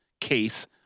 case